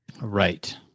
Right